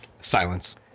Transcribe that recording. Silence